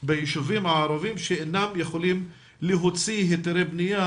ביישובים הערבים שאינם יכולים להוציא היתרי בנייה,